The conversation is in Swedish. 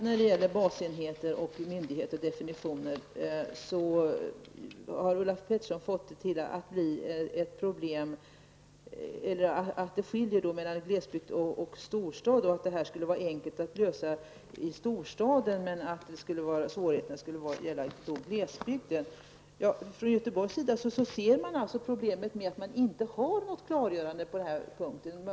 När det gäller definitionen av basenheter och myndigheter har Ulla Pettersson fått det till att det finns skillnader i dessa avseenden mellan glesbygd och storstad och att det skulle vara enkelt att lösa detta på det sätt som vi föreslår i storstaden men att svårigheten skulle gälla glesbygden. Från Göteborgs sida ser man problemet med att det inte finns något klargörande på den här punkten.